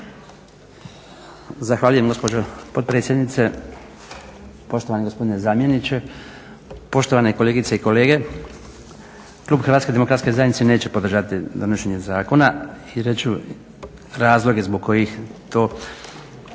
Zahvaljujem gospođo potpredsjednice. Poštovani gospodine zamjeniče, poštovane kolegice i kolege. Klub HDZ-a neće podržati donošenje zakona i reći ću razloge zbog kojih to